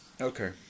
Okay